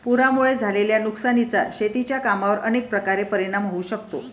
पुरामुळे झालेल्या नुकसानीचा शेतीच्या कामांवर अनेक प्रकारे परिणाम होऊ शकतो